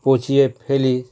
পচিয়ে ফেলি